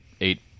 eight